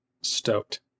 stoked